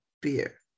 beer